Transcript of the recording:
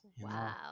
Wow